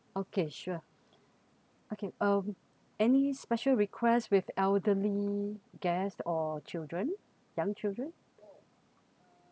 okay sure okay um any special request with elderly guests or children young children